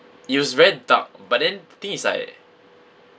it was very dark but then the thing is like